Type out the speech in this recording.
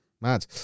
Mad